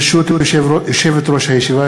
ברשות יושבת-ראש הישיבה,